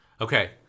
Okay